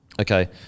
Okay